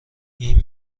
این